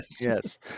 Yes